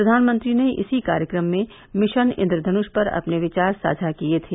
प्रधानमंत्री ने इसी कार्यक्रम में मिशन इन्द्रधनुष पर अपने विचार साझा किये थे